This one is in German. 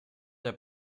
der